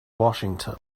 washington